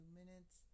minutes